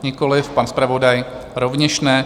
Nikoliv, pan zpravodaj rovněž ne.